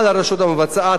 על הרשות המבצעת,